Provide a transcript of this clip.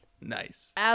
Nice